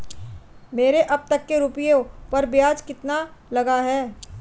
मेरे अब तक के रुपयों पर ब्याज कितना लगा है?